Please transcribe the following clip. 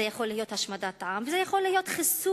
זה יכול להיות השמדת עם וזה יכול להיות חיסול